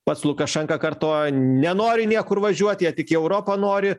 pats lukašenka kartoja nenori niekur važiuot jie tik į europą nori